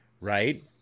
right